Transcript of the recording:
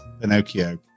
Pinocchio